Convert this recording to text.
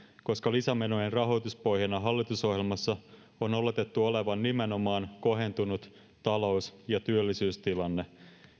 koska lisämenojen rahoituspohjana hallitusohjelmassa on oletettu olevan nimenomaan kohentunut talous ja työllisyystilanne